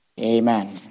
Amen